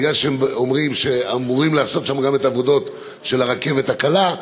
מפני שהם אומרים שאמורים לעשות שם גם את העבודות של הרכבת הקלה,